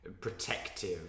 protective